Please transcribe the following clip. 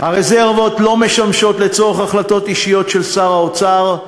הרזרבות לא משמשות לצורך החלטות אישיות של שר האוצר,